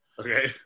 okay